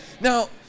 Now